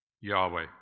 Yahweh